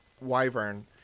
wyvern